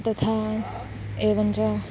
तथा एवञ्च